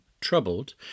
troubled